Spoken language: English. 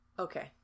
Okay